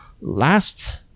last